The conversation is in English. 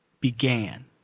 began